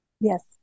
Yes